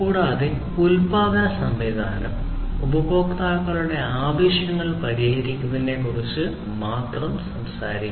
കൂടാതെ ഉൽപാദന സംവിധാനം ഉപഭോക്താക്കളുടെ ആവശ്യങ്ങൾ പരിഹരിക്കുന്നതിനെക്കുറിച്ച് മാത്രം സംസാരിക്കണം